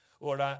Lord